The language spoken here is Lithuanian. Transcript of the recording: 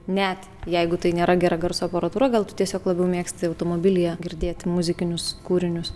net jeigu tai nėra gera garso aparatūra gal tu tiesiog labiau mėgsti automobilyje girdėt muzikinius kūrinius